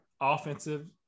offensive